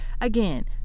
Again